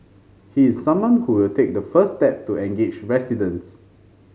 he is someone who will take the first step to engage residents